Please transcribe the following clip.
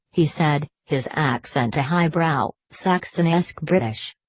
he said, his accent a highbrow, saxonesque british.